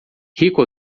rico